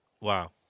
Wow